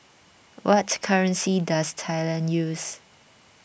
what currency does Thailand use